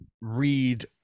read